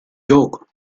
yok